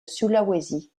sulawesi